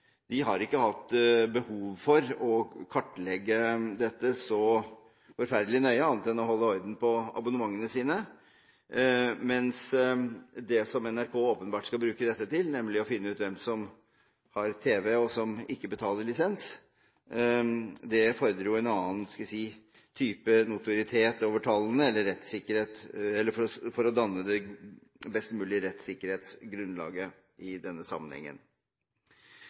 De har ikke hatt behov for å kartlegge dette så forferdelig nøye, annet enn å holde orden på abonnementene, mens det NRK åpenbart skal bruke dette til, nemlig å finne ut hvem som har tv, og som ikke betaler lisens, fordrer en annen type notoritet over tallene for å danne det best mulig rettssikkerhetsgrunnlaget i denne sammenhengen.